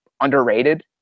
underrated